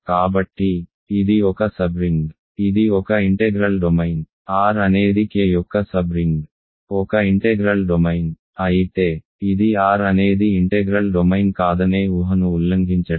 కాబట్టి ఇది ఒక సబ్రింగ్ ఇది ఒక ఇంటెగ్రల్ డొమైన్ R అనేది K యొక్క సబ్ రింగ్ ఒక ఇంటెగ్రల్ డొమైన్ అయితే ఇది R అనేది ఇంటెగ్రల్ డొమైన్ కాదనే ఊహను ఉల్లంఘించడమే